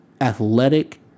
athletic